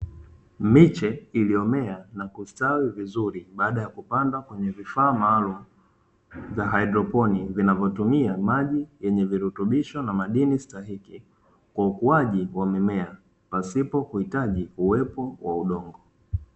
Miche iliyomea na kustawi vizuri, baada ya kupandwa kwenye vifaa maalumu vya haidroponi, vinavyotumia maji yenye virutubisho na madini stahiki kwa ukuaji wa mimea, pasipo kuitaji uwepo wa udongo.